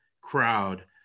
crowd